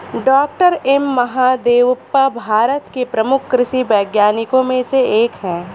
doctor M Mahadevappa Bharat के प्रमुख कृषि वैज्ञानिकों में से एक हैं